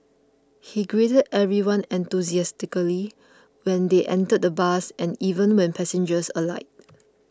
he greeted everyone enthusiastically when they entered the bus and even when passengers alighted